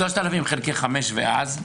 3,000 חלקי חמש ואז?